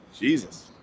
Jesus